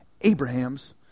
Abraham's